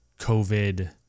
COVID